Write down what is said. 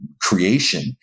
creation